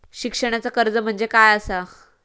शिक्षणाचा कर्ज म्हणजे काय असा?